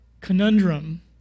conundrum